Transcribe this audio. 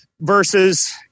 versus